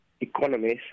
economies